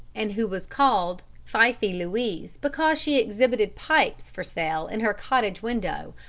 and who was called pfeiffe louise because she exhibited pipes for sale in her cottage window,